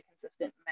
consistent